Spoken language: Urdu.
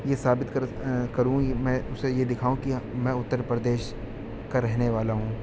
یہ ثابت کروں میں اسے یہ دکھاؤں کہ میں اتر پردیش کا رہنے والا ہوں